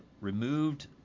removed